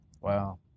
wow